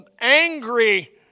angry